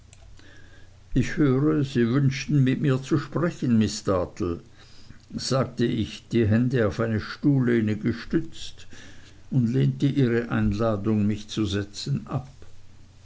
ich höre sie wünschten mit mir zu sprechen miß dartle sagte ich die hände auf eine stuhllehne gestützt und lehnte ihre einladung mich zu setzen ab